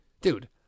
Dude